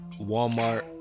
walmart